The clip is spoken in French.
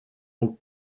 aux